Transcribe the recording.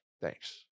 Thanks